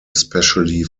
especially